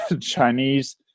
Chinese